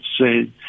say